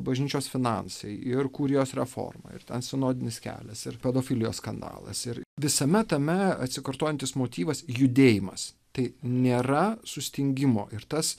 bažnyčios finansai ir kurijos reformą ir tad sinodinis kelias ir pedofilijos skandalas ir visame tame atsikartojantis motyvas judėjimas tai nėra sustingimo ir tas